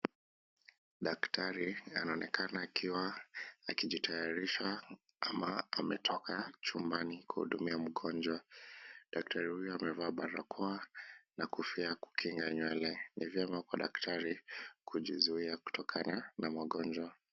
Daktari anaonekana akiwa akijitayarisha ama ametoka chumbani kuhudumia mgonjwa. Daktari huyo amevaa barakoa na kofia ya kukinga nywele. Ni vyema kwa daktari kujizuia kutokana na magonjwa.